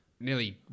nearly